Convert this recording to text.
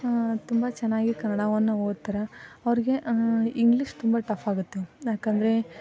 ತುಂಬ ಚೆನ್ನಾಗಿ ಕನ್ನಡವನ್ನು ಓದ್ತಾರೆ ಅವರಿಗೆ ಇಂಗ್ಲೀಷ್ ತುಂಬ ಟಫ್ ಆಗುತ್ತೆ ಏಕಂದ್ರೆ